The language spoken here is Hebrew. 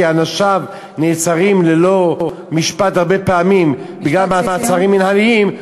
כי אנשיו נעצרים ללא משפט הרבה פעמים במעצרים מינהליים,